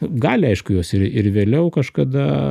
gali aišku juos ir ir vėliau kažkada